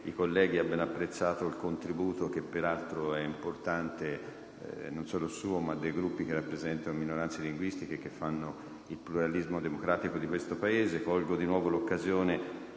i colleghi abbiano apprezzato il contributo, che peraltro è importante, non solo suo, ma dei Gruppi che rappresentano le minoranze linguistiche e che concorrono ad assicurare il pluralismo democratico del nostro Paese. Colgo di nuovo l'occasione